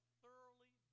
thoroughly